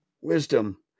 wisdom